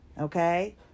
okay